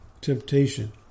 temptation